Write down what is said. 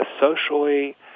socially